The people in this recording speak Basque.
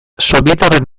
sobietarren